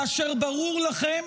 כאשר ברור לכם